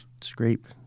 scrape